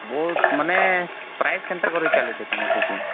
ବହୁତ ମାନେ ପ୍ରାଇସ୍ କେନ୍ତା କର ଚାଲୁଛି ତୁମର ସେଠି